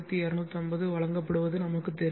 1250 வழங்கப்படுவது நமக்கு தெரியும்